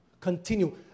Continue